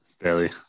Barely